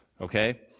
Okay